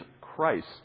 Christ